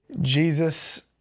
Jesus